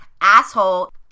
Asshole